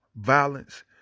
violence